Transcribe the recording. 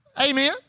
Amen